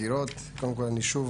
בפני משטרת ישראל.